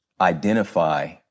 identify